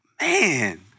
Man